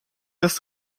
das